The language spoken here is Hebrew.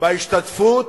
בהשתתפות